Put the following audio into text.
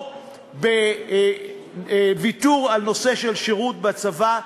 או לוותר על הנושא של שירות בצבא.